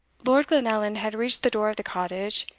lord glenallan had reached the door of the cottage,